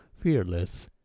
Fearless